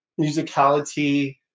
musicality